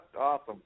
Awesome